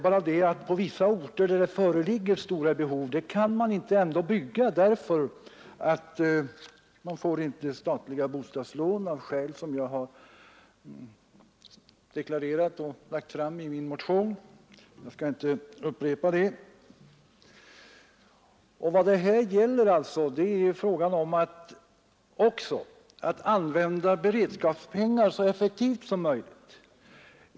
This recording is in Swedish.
Men på vissa orter där det föreligger stora behov kan man ändå inte bygga, därför att man inte får statliga bostadslån av skäl som jag har deklarerat och lagt fram i min motion. Jag skall inte upprepa det. Vad det här alltså gäller är att använda beredskapspengar så effektivt som möjligt.